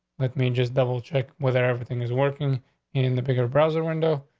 let me just double check whether everything is working in the picker browser window.